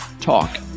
talk